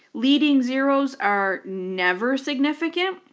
leading zeroes are never significant,